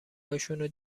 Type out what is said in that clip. هاشونو